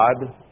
God